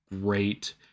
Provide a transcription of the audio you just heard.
great